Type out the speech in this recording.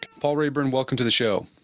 paul raeburn, welcome to the show